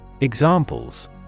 Examples